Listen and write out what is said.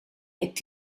het